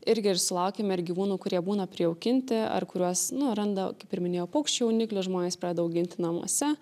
irgi ir sulaukiam ir gyvūnų kurie būna prijaukinti ar kuriuos nu randa kaip ir minėjau paukščių jauniklį žmonės pradeda auginti namuose